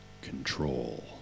control